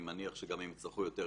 אני מניח שאם יצטרכו יותר,